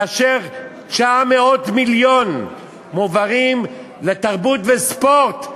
כאשר 900 מיליון מועברים לתרבות וספורט,